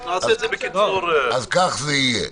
זה יהיה.